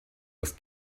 das